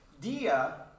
Dia